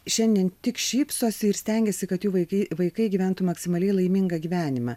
šiandien tik šypsosi ir stengiasi kad jų vaikai vaikai gyventų maksimaliai laimingą gyvenimą